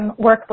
workbook